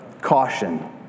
caution